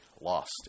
lost